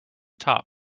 top